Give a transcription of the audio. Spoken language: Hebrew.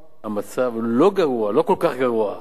אז למה המצב כל כך גרוע?